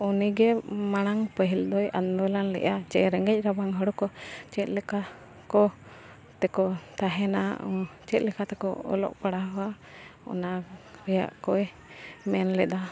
ᱩᱱᱤᱜᱮ ᱢᱟᱲᱟᱝ ᱯᱟᱹᱦᱤᱞ ᱫᱚᱭ ᱟᱱᱫᱳᱞᱟᱱ ᱞᱮᱜᱼᱟ ᱪᱮᱫ ᱨᱮᱸᱜᱮᱡ ᱨᱟᱵᱟᱝ ᱦᱚᱲ ᱠᱚ ᱪᱮᱫ ᱞᱮᱠᱟ ᱠᱚ ᱛᱮᱠᱚ ᱛᱟᱦᱮᱱᱟ ᱪᱮᱫ ᱞᱮᱠᱟ ᱛᱮᱠᱚ ᱚᱞᱚᱜ ᱯᱟᱲᱦᱟᱣᱟ ᱚᱱᱟ ᱨᱮᱭᱟᱜ ᱠᱚᱭ ᱢᱮᱱ ᱞᱮᱫᱟ